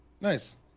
Nice